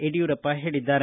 ಯಡಿಯೂರಪ್ಪ ಹೇಳಿದ್ದಾರೆ